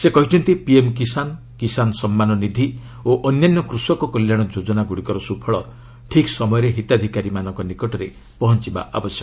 ସେ କହିଛନ୍ତି ପିଏମ୍ କିଶାନ୍ କିଶାନ୍ ସମ୍ମାନନିଧି ଓ ଅନ୍ୟାନ୍ୟ କୃଷକ କଲ୍ୟାଣ ଯୋଜନାଗ୍ରଡ଼ିକର ସ୍ରଫଳ ଠିକ୍ ସମୟରେ ହିତାଧିକାରୀଙ୍କ ନିକଟରେ ପହଞ୍ଚିବା ଉଚିତ୍